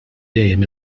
dejjem